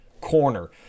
corner